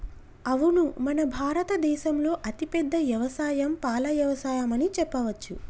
అవును మన భారత దేసంలో అతిపెద్ద యవసాయం పాల యవసాయం అని చెప్పవచ్చు